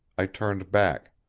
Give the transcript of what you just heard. i turned back.